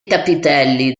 capitelli